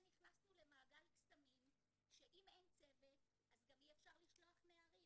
נכנסנו למעגל קסמים שאם אין צוות אז גם אי אפשר לשלוח נערים,